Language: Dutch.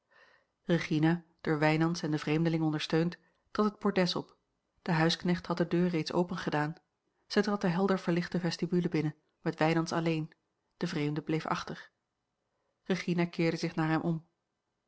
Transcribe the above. regina door wijnands en den vreemdeling ondersteund trad het bordes op de huisknecht had de deur reeds opengedaan zij trad de helder verlichte vestibule binnen met wijnands alleen de vreemde bleef achter rigina keerde zich naar hem om